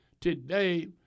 today